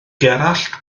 gerallt